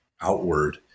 outward